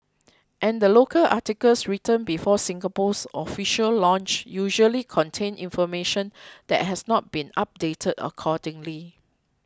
and the local articles written before Singapore's official launch usually contain information that has not been updated accordingly